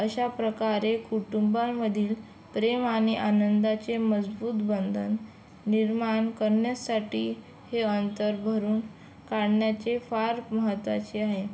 अशा प्रकारे कुटुंबामधील प्रेम आणि आनंदाचे मजबूत बंधन निर्माण करण्यासाठी हे अंतर भरून काढण्याचे फार महत्त्वाचे आहे